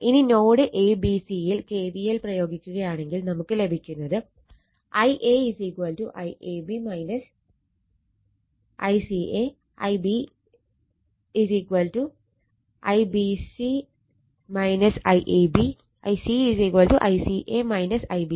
ഇനി node ABC യിൽ KVL പ്രയോഗിക്കുകയാണെങ്കിൽ നമുക്ക് ലഭിക്കുന്നത് Ia IAB ICA Ib IBC IAB I c ICA IBC